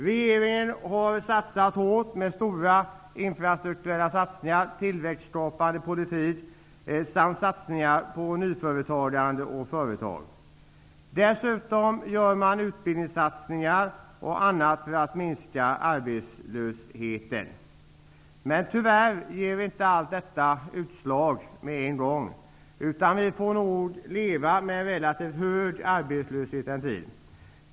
Regeringen har satsat hårt med stora infrastrukturella satsningar, tillväxtskapande politik och satsningar på nyföretagande och på företag. Dessutom gör man utbildningssatsningar och annat för att minska arbetslösheten. Dess värre ger inte allt detta utslag med en gång. Vi får nog leva med en relativt hög arbetslöshet en tid.